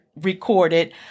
recorded